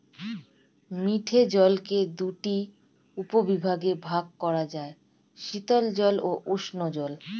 মিঠে জলকে দুটি উপবিভাগে ভাগ করা যায়, শীতল জল ও উষ্ঞ জল